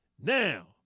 Now